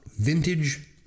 Vintage